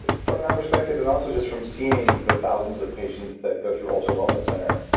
and from that perspective and also just from seeing the thousands of patients that go through altar wellness center,